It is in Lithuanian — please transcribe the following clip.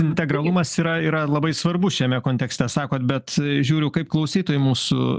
integralumas yra yra labai svarbus šiame kontekste sakot bet žiūriu kaip klausytojai mūsų